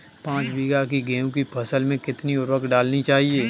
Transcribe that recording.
पाँच बीघा की गेहूँ की फसल में कितनी उर्वरक डालनी चाहिए?